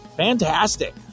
Fantastic